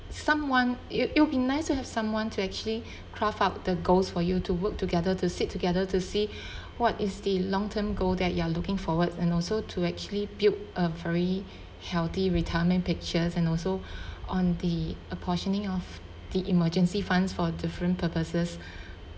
someone it it'll be nice to have someone to actually craft out the goals for you to work together to sit together to see what is the long-term goal that you are looking forward and also to actually build a very healthy retirement pictures and also on the apportioning of the emergency funds for different purposes